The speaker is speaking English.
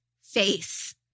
face